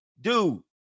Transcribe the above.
dude